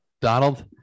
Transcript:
Donald